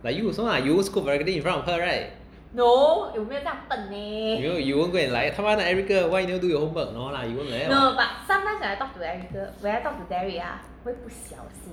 like you also lah you always scold vulgarity in front of her right will you won't go and like 他妈的 erica why you never do your homework